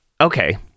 okay